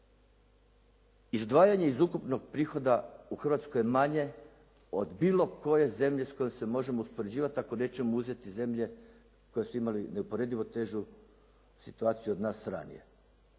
Izdvajanje iz ukupnog prihoda u Hrvatskoj je manje od bilo koje zemlje s kojom se možemo uspoređivati ako nećemo uzeti zemlje koje su imale neuporedivo težu situaciju od nas ranije.